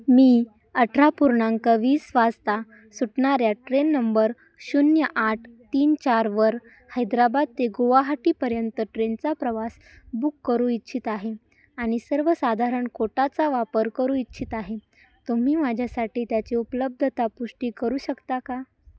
मी अठरा पूर्णांक वीस वाजता सुटणाऱ्या ट्रेन नंबर शून्य आठ तीन चारवर हैद्राबाद ते गुवाहाटीपर्यंत ट्रेनचा प्रवास बुक करू इच्छित आहे आणि सर्वसाधारण कोटाचा वापर करू इच्छित आहे तुम्ही माझ्यासाठी त्याचे उपलब्धता पुष्टी करू शकता का